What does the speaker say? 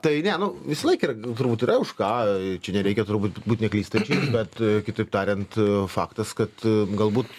tai ne nu visąlaik yr turbūt yra už ką čia nereikia turbūt būt neklystančiais bet kitaip tariant faktas kad galbūt